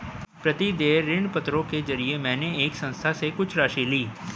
प्रतिदेय ऋणपत्रों के जरिये मैंने एक संस्था से कुछ राशि ली